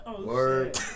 Word